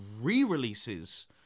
re-releases